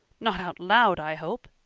not out loud, i hope,